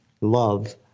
love